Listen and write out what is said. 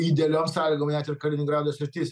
idealiom sąlygom net ir kaliningrado sritis